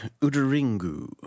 Udaringu